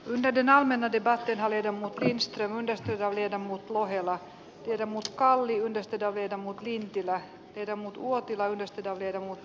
vedena menettivät pihalle ja niinistö menestys oli ammuttu ohella hirmuskaala oli yhdestä dave tomut vintillä eikä mutu uotila yhdistetään verhot